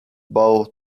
bow